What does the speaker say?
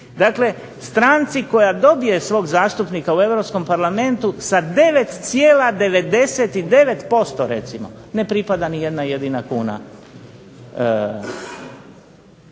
Dakle, stranci koja dobije svog zastupnika u Europskom parlamentu sa 9,99% recimo ne pripada ni jedna jedina kuna